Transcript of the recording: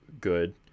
good